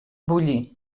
bullir